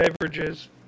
beverages